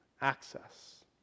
access